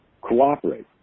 cooperate